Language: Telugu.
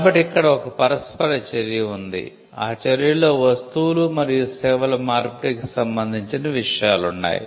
కాబట్టి ఇక్కడ ఒక పరస్పర చర్య ఉంది ఆ చర్యలో వస్తువులు మరియు సేవల మార్పిడికి సంబందించిన విషయాలున్నాయి